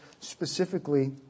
specifically